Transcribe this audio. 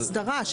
אסדרה.